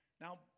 now